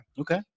Okay